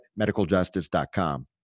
medicaljustice.com